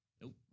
Nope